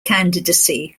candidacy